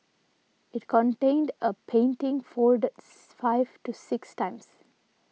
it contained a painting folded five to six times